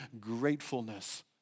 gratefulness